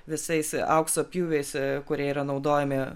visais aukso pjūviais kurie yra naudojami